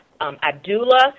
Abdullah